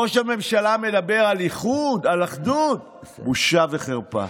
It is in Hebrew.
ראש הממשלה מדבר על איחוד, על אחדות, בושה וחרפה.